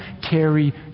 carry